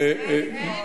אין.